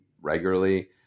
regularly